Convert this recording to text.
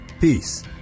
Peace